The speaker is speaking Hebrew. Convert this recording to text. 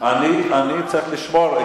אני צריך לשמור,